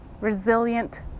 resilient